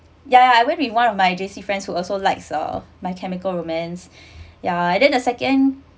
ya ya I went with one of my J_C friends who also likes uh my chemical romance ya and then the second